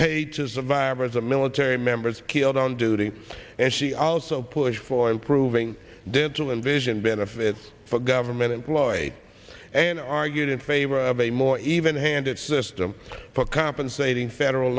to survivors of military members killed on duty and she also pushed for improving dental and vision benefits for government employed and argued in favor of a more even handed system for compensating federal